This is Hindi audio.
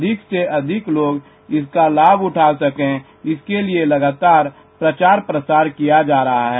अधिक से अधिक लोग इसका लाभ उठा सके इसके लिए लगातार प्रचार प्रसार किया जा रहा है